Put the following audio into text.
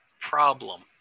Problem